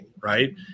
right